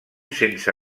sense